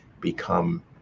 become